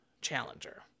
Challenger